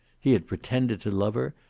he had pretended to love her,